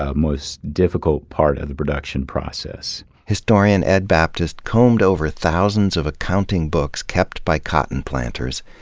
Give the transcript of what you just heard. ah most difficult part of the production process. historian ed baptist combed over thousands of accounting books kept by cotton planters,